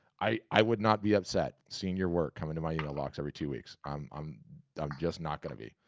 i would not be upset seeing your work, coming to my email box every two weeks. um i'm just not gonna be.